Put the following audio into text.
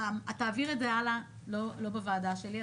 תעביר את זה הלאה לא בוועדה שלי.